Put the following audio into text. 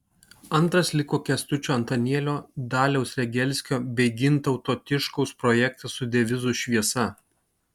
antras liko kęstučio antanėlio daliaus regelskio bei gintauto tiškaus projektas su devizu šviesa